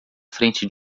frente